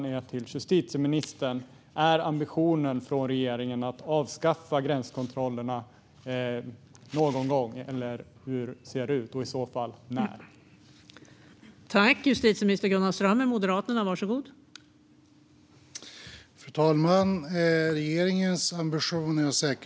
Min fråga till justitieministern är: Är ambitionen från regeringen att avskaffa gränskontrollerna någon gång och i så fall när?